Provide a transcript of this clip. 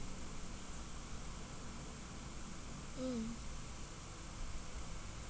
mm